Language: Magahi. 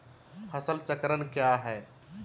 फसल चक्रण क्या है?